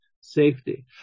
safety